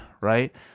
right